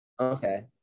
Okay